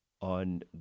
on